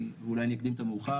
אולי אני אקדים את המאוחר,